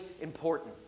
important